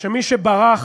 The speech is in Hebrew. שמי שברח,